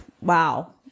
wow